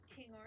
King